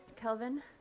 Kelvin